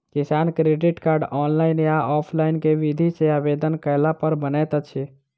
किसान credit card, online या offline केँ विधि सँ आवेदन कैला पर बनैत अछि?